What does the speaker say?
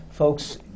folks